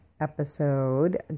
episode